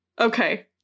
Okay